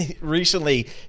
recently